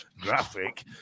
graphic